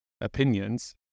opinions